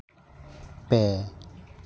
ᱯᱮ